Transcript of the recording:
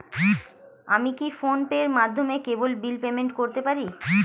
আমি কি ফোন পের মাধ্যমে কেবল বিল পেমেন্ট করতে পারি?